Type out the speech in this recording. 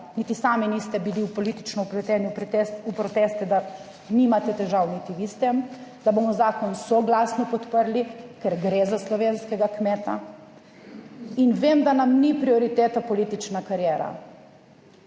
niti sami niste bili politično vpleteni v protest, v proteste, da nimate težav niti vi s tem, da bomo zakon soglasno podprli, ker gre za slovenskega kmeta in vem, da nam ni prioriteta politična kariera.